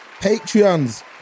Patreons